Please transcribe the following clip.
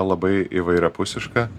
labai įvairiapusiška